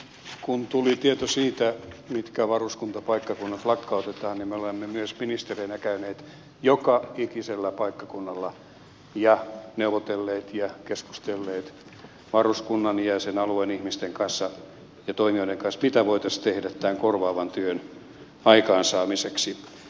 kun tuli tieto siitä mitkä varuskuntapaikkakunnat lakkautetaan niin me olemme myös ministereinä käyneet joka ikisellä paikkakunnalla ja neuvotelleet ja keskustelleet varuskunnan ja sen alueen ihmisten kanssa ja toimijoiden kanssa siitä mitä voitaisiin tehdä tämän korvaavan työn aikaansaamiseksi